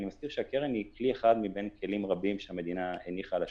אני מזכיר שהקרן היא כלי אחד מבין כלים רבים שהמדינה הניחה על השולחן.